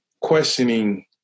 questioning